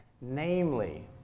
namely